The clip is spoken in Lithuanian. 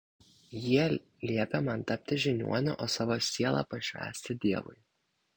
jie liepė man tapti žiniuoniu o savo sielą pašvęsti dievui